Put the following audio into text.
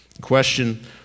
question